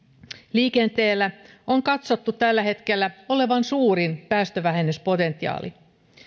liikenteellä on katsottu tällä hetkellä olevan suurin päästövähennyspotentiaali